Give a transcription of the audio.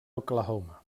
oklahoma